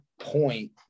point